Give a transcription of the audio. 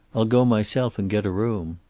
i'll go myself and get a room.